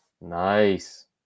Nice